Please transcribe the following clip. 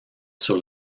sur